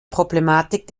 problematik